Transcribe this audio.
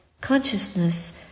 consciousness